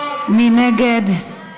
מי נגד?